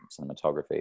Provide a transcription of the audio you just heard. cinematography